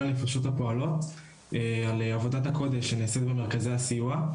הנפשות הפועלות על עבודת הקודש שנעשית במרכזי הסיוע.